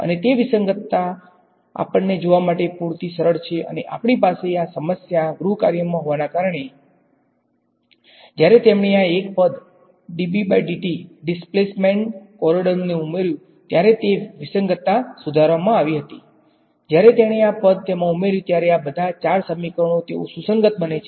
અને તે વિસંગતતા આપણને જોવા માટે પૂરતી સરળ છે અને આપણી પાસે આ સમસ્યા ગૃહકાર્યમાં હોવાને કારણે જ્યારે તેમણે આ એક પદ ડિસ્પ્લેસમેન્ટ કોયડોરમનો ઉમેર્યુ ત્યારે તે વિસંગતતા સુધારવામાં આવી હતી જ્યારે તેણે આ પદ તેમા ઉમેર્યુ ત્યારે આ બધા ૪ સમીકરણો તેઓ સુસંગત બને છે